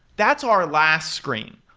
that's our last screen.